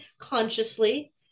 consciously